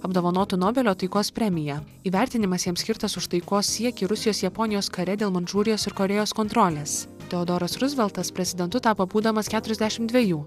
apdovanotu nobelio taikos premija įvertinimas jam skirtas už taikos siekį rusijos japonijos kare dėl mandžiūrijos ir korėjos kontrolės teodoras ruzveltas prezidentu tapo būdamas keturiasdešim dvejų